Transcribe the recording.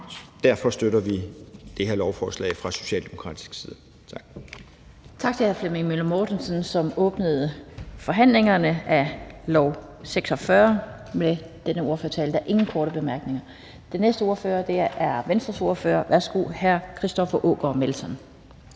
Derfor støtter vi det her lovforslag fra socialdemokratisk side. Tak. Kl. 12:21 Den fg. formand (Annette Lind): Tak til hr. Flemming Møller Mortensen, som åbnede forhandlingen af lovforslag nr. L 46 med denne ordførertale. Der er ingen korte bemærkninger. Den næste ordfører er Venstres ordfører. Værsgo, hr. Christoffer Aagaard Melson.